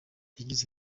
yagize